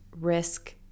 risk